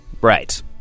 Right